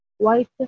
White